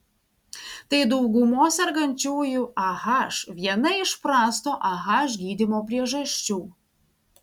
tai daugumos sergančiųjų ah viena iš prasto ah gydymo priežasčių